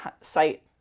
site